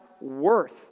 worth